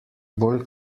bolj